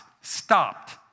stopped